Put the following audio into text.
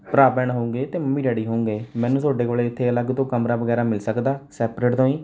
ਭਰਾ ਭੈਣ ਹੋਊਗੇ ਅਤੇ ਮੰਮੀ ਡੈਡੀ ਹੋਊਂਗੇ ਮੈਨੂੰ ਤੁਹਾਡੇ ਕੋਲ ਇੱਥੇ ਅਲੱਗ ਤੋਂ ਕਮਰਾ ਵਗੈਰਾ ਮਿਲ ਸਕਦਾ ਸੇਪਰੇਟ ਤੋਂ ਜੀ